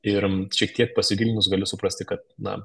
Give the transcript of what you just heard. ir šiek tiek pasigilinus gali suprasti kad na